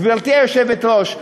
גברתי היושבת-ראש,